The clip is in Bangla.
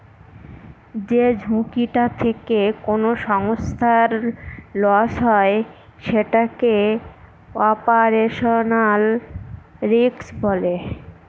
যে ঝুঁকিটা থেকে কোনো সংস্থার লস হয় সেটাকে অপারেশনাল রিস্ক বলে